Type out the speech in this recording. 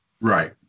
Right